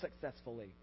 successfully